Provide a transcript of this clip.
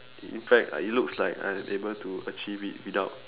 in fact it looks like I'm able to achieve it without